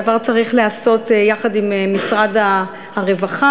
הדבר צריך להיעשות יחד עם משרד הרווחה,